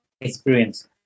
Experience